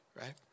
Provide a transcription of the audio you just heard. right